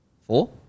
Four